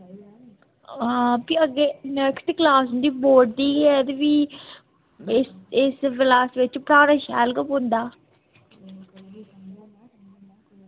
हां फ्ही अग्गे नैक्सट क्लास इं'दी बोर्ड दी ऐ ते फ्ही इस इस क्लास बिच्च पढ़ाने शैल गै पौंदा